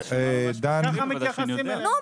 ככה מתייחסים אלינו.